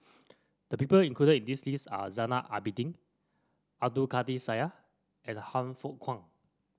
the people included in the list are Zainal Abidin Abdul Kadir Syed and Han Fook Kwang